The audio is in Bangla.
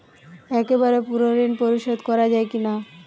একবারে পুরো ঋণ পরিশোধ করা যায় কি না?